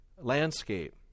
landscape